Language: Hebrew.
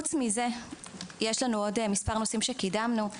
חוץ מזה יש עוד מספר נושאים שקידמנו.